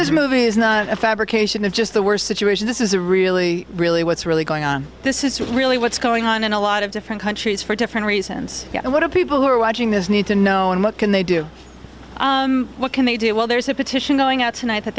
this movie is not a fabrication it's just the worst situation this is a really really what's really going on this is really what's going on in a lot of different countries for different reasons and what are people who are watching this need to know and what can they do what can they do well there's a petition going out tonight that